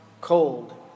cold